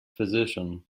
physician